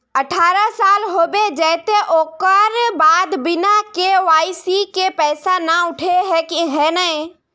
अठारह साल होबे जयते ओकर बाद बिना के.वाई.सी के पैसा न उठे है नय?